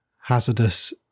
hazardous